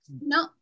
no